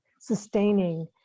sustaining